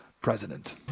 president